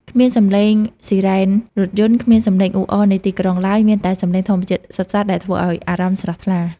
គ្មានសំឡេងស៊ីរ៉ែនរថយន្ត គ្មានសំឡេងអ៊ូអរនៃទីក្រុងឡើយ មានតែសំឡេងធម្មជាតិសុទ្ធសាធ ដែលធ្វើឲ្យអារម្មណ៍ស្រស់ថ្លា។